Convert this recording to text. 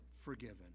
forgiven